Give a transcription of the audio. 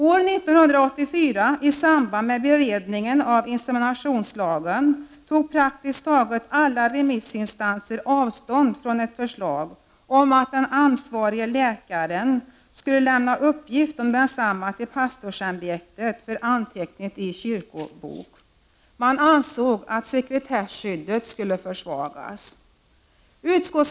År 1984, i samband med beredningen av inseminationslagen, tog praktiskt taget alla remissinstanser avstånd från ett förslag om att den för inseminationen ansvarige läkaren skulle lämna uppgift om densamma till pastorsämbetet, för anteckning i kyrkobok. Man ansåg att sekretesskyddet skulle försvagas.